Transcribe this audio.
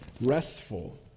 restful